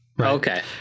Okay